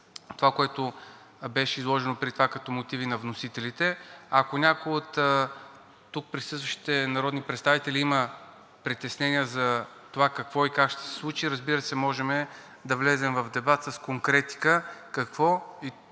това, което беше изложено преди това като мотиви на вносителите. Ако някой от тук присъстващите народни представители има притеснения за това какво и как ще се случи, разбира се, можем да влезем в дебат с конкретика какво и как